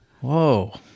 Whoa